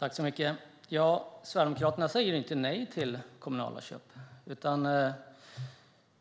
Herr talman! Sverigedemokraterna säger inte nej till kommunala köp.